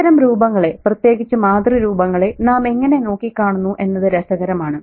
ഇത്തരം രൂപങ്ങളെ പ്രത്യേകിച്ച് മാതൃരൂപങ്ങളെ നാം എങ്ങനെ നോക്കിക്കാണുന്നു എന്നത് രസകരമാണ്